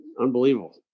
unbelievable